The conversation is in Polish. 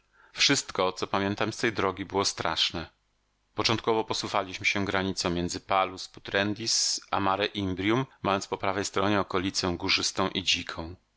wszystko co pamiętam z tej drogi było straszne początkowo posuwaliśmy się granicą między palus putrendis a mare imbrium mając po prawej stronie okolicę górzystą i dziką